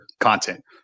content